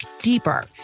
deeper